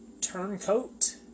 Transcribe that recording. Turncoat